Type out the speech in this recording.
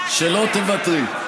שלא תוותרי.